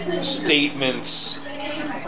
statements